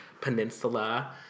peninsula